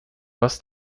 was